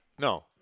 No